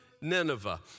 Nineveh